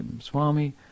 Swami